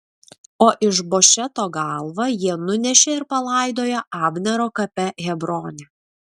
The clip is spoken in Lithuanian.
o išbošeto galvą jie nunešė ir palaidojo abnero kape hebrone